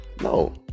No